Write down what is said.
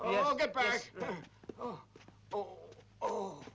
oh oh oh